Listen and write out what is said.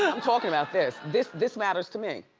i'm talking about this. this this matters to me.